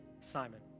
Simon